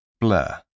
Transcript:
Blur